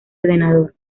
ordenador